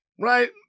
right